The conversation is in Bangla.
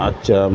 আচ্ছা